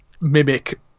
mimic